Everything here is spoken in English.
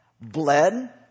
bled